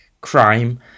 crime